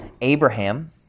Abraham